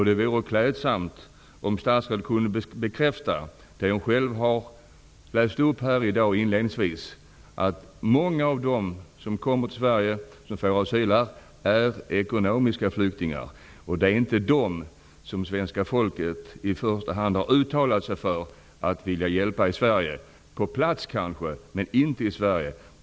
Det vore klädsamt om statsrådet kunde bekräfta det jag själv i dag inledningsvis läste upp, att många av dem som kommer till Sverige och får asyl här är ekonomiska flyktingar. Det är inte dem svenska folket uttalat sig för att i första hand vilja hjälpa i Sverige. På plats kanske, men inte i Sverige.